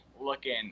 looking